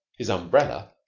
his umbrella,